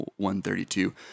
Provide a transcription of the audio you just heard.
132